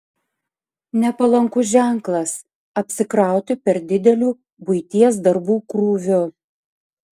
nepalankus ženklas apsikrauti per dideliu buities darbų krūviu